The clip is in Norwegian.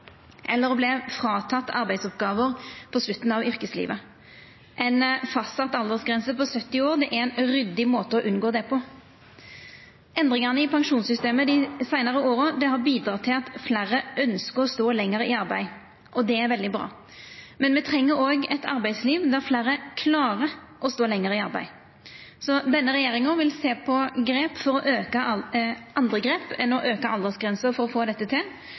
eller får arbeidsoppgåver tekne frå seg på slutten av yrkeslivet. Ei fastsett aldersgrense på 70 år er ein ryddig måte å unngå det på. Endringane i pensjonssystemet dei seinare åra har bidratt til at fleire ønskjer å stå lenger i arbeid, og det er veldig bra. Men me treng òg eit arbeidsliv der fleire klarer å stå lenger i arbeid. Denne regjeringa vil sjå på andre grep enn å auka aldersgrensa for å få dette til,